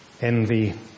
envy